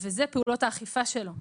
ואלה פעולות האכיפה שלו.